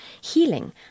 Healing